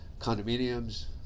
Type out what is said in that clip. condominiums